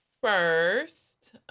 first